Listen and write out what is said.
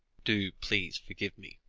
do please forgive me,